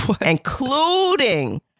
including